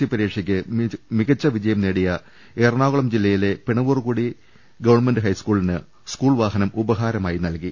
C പരീക്ഷയ്ക്ക് മികച്ച വിജയം നേടിയ എറണാകുളം ജില്ലയിലെ പിണവൂർകുടി ഗവൺമെന്റ് ഹൈസ്കൂളിന് സ്കൂൾ വാഹനം ഉപഹാരമായി നൽകി